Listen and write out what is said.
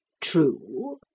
True